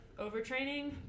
overtraining